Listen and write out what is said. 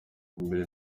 mbere